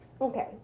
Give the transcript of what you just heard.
Okay